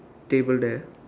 table there